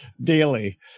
Daily